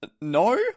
No